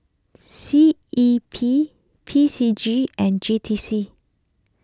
C E P P C G and J T C